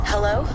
Hello